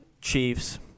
Chiefs